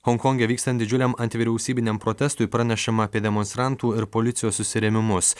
honkonge vykstant didžiuliam antivyriausybiniam protestui pranešama apie demonstrantų ir policijos susirėmimus